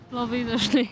labai dažnai